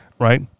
right